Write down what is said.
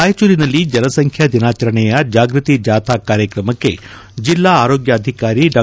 ರಾಯಚೂರಿನಲ್ಲಿ ಜನಸಂಖ್ಯಾ ದಿನಾಚರಣೆಯ ಜಾಗೃತಿ ಜಾಥಾ ಕಾರ್ಯಕ್ರಮಕ್ಕೆ ಜಿಲ್ಲಾ ಆರೋಗ್ಯಾಧಿಕಾರಿ ಡಾ